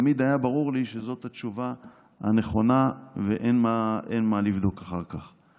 תמיד היה ברור לי שזאת התשובה הנכונה ואין מה לבדוק אחר כך.